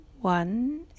one